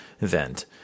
event